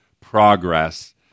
progress